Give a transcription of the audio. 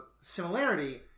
similarity